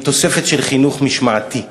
עם תוספת של חינוך משמעתי.